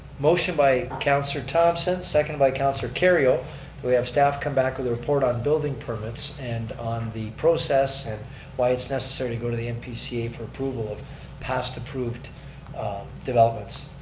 motion by councilor thomson, seconded by councilor kerrio that we have staff come back with a report on building permits and on the process and why it's necessary to go to the mpca for approval of past approved developments.